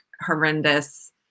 horrendous